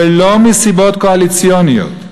ולא מסיבות קואליציוניות.